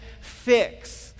fix